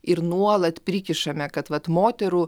ir nuolat prikišame kad vat moterų